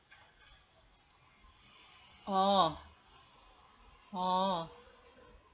oh oh